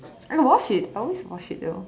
I will wash it I always wash it though